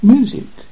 Music